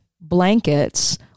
blankets